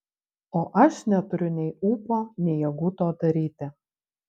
o aš neturiu nei ūpo nei jėgų to daryti